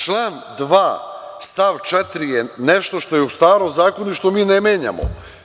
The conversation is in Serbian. Član 2. stav 4. je nešto što je u starom zakonu i što mi ne menjamo.